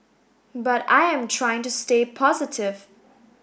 but I am trying to stay positive